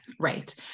right